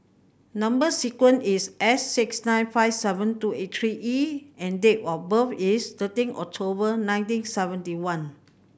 number sequence is S six nine five seven two eight three E and date of birth is thirteen October nineteen seventy one